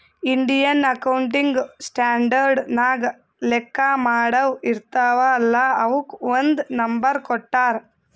Indian accounting standard ನಾಗ್ ಲೆಕ್ಕಾ ಮಾಡಾವ್ ಇರ್ತಾವ ಅಲ್ಲಾ ಅವುಕ್ ಒಂದ್ ನಂಬರ್ ಕೊಟ್ಟಾರ್